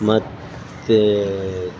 ಮತ್ತು